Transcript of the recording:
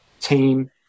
team